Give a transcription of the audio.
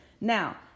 Now